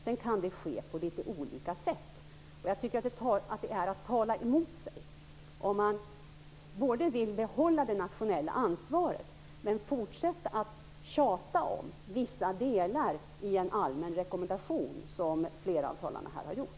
Sedan kan det ske på litet olika sätt. Jag tycker att det är att tala emot sig om man både vill behålla det nationella ansvaret och fortsätter att tjata om vissa delar i en allmän rekommendation, som flera av talarna här har gjort.